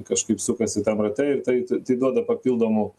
kažkaip sukasi tam rate ir tai t tai duoda papildomų